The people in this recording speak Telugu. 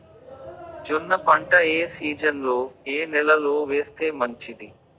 జొన్న పంట ఏ సీజన్లో, ఏ నెల లో వేస్తే మంచిది?